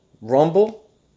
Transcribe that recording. Rumble